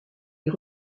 est